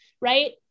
right